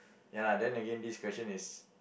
ya lah then again this question is